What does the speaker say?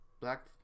black